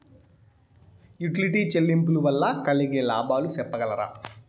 Utility చెల్లింపులు వల్ల కలిగే లాభాలు సెప్పగలరా?